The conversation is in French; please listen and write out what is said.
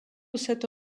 cette